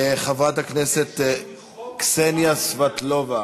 חברת הכנסת קסניה סבטלובה.